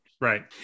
right